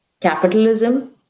capitalism